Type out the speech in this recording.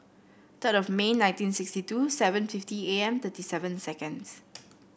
third of May nineteen sixty two seven fifty A M thirty seven seconds